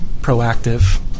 proactive